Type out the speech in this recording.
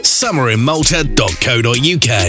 summerinmalta.co.uk